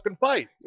fight